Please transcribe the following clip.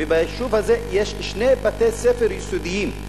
וביישוב הזה יש שני בתי-ספר יסודיים,